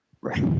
Right